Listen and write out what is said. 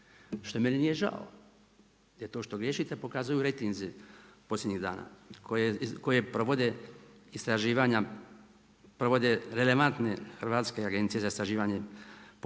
što meni nije žao jer to što griješite pokazuju rejtinzi posljednjih dana koje provode istraživanja, provode relevantne hrvatske agencije za istraživanje